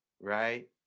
right